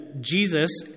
Jesus